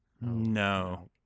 No